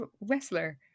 wrestler